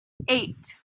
eight